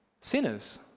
Sinners